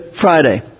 Friday